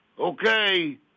Okay